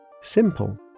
Simple